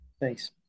thanks